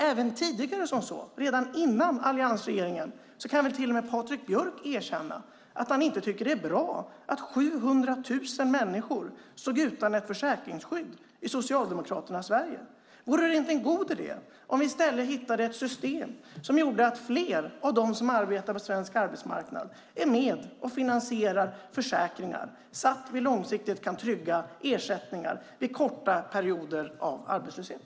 Även Patrik Björck kan väl erkänna att det inte var bra att 700 000 människor stod utan försäkringsskydd i Socialdemokraternas Sverige. Vore det inte en god idé att vi i stället hittar ett system som gör att fler av dem som arbetar på svensk arbetsmarknad är med och finansierar försäkringar så att vi långsiktigt kan trygga ersättningar vid korta perioder av arbetslöshet?